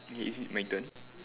is it my turn